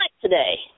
today